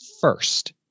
first